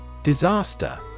Disaster